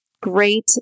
great